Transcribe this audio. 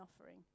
offering